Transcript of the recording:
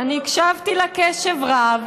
לא, אני הקשבתי לה בקשב רב,